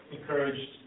encouraged